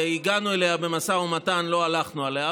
והגענו אליה במשא ומתן, לא הלכנו עליה.